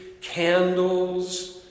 candles